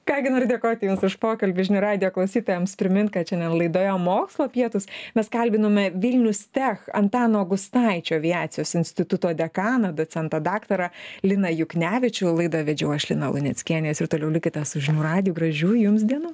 ką gi noriu dėkoti jums už pokalbį žinių radijo klausytojams primint kad šiandien laidoje mokslo pietūs mes kalbinome vilnius tech antano gustaičio aviacijos instituto dekaną docentą daktarą liną juknevičių laidą vedžiau aš lina luneckienė jūs ir toliau likite su žinių radiju gražių jums dienų